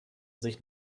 sich